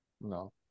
No